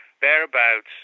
thereabouts